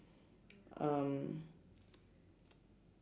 um